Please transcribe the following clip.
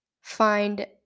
find